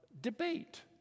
debate